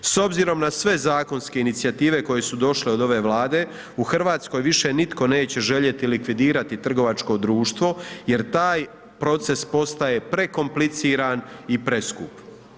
S obzirom na sve zakonske inicijative koje su došle od ove vlade u Hrvatskoj više nitko neće željeti likvidirati trgovačko društvo jer taj proces postaje prekompliciran i preskup.